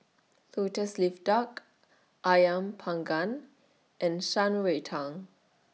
Lotus Leaf Duck Ayam Panggang and Shan Rui Tang